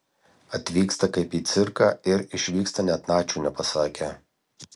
atvyksta kaip į cirką ir išvyksta net ačiū nepasakę